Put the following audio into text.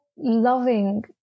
Loving